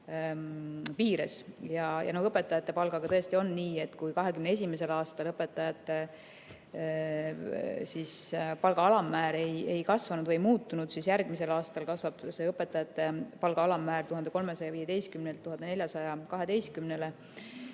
piires. Ja õpetajate palgaga tõesti on nii, et kui 2021. aastal õpetajate palga alammäär ei kasvanud või ei muutunud, siis järgmisel aastal kasvab õpetajate palga alammäär 1315